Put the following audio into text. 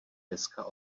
deska